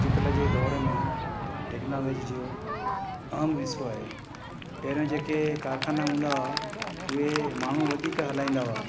अॼकल्ह जे दौरु में टेक्नोलॉजी जो आम हिस्सो आहे पहिरियों जेके कारखाना हूंदा हुआ उहे माण्हू वधीक हलाईंदा हुआ